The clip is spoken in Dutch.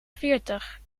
veertig